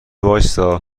وایستا